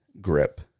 grip